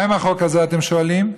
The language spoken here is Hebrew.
מה עם החוק הזה, אתם שואלים?